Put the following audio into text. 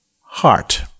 heart